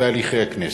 בהליכי הכנסת.